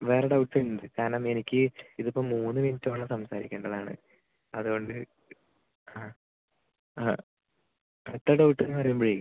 വേറെ ഡൗട്ട്സ് ഉണ്ട് കാരണം എനിക്ക് ഇത് ഇപ്പം മൂന്ന് മിനിറ്റോളം സംസാരിക്കേണ്ടതാണ് അതുകൊണ്ട് ആ അടുത്ത ഡൗട്ട് എന്നു പറയുമ്പോഴെ